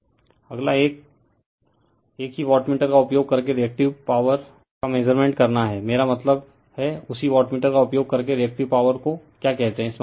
refer slide time 2838 अगला एक ही वाटमीटर का उपयोग करके रिएक्टिव पॉवर का मेज़रमेंट करना है मेरा मतलब है उसी वाटमीटर का उपयोग करके रिएक्टिव पॉवर को क्या कहते हैं